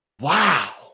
Wow